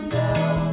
now